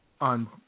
on